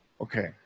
Okay